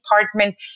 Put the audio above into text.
department